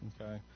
okay